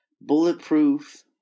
bulletproof